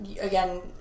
again